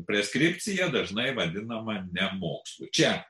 preskripcija dažnai vadinama nemokslu čia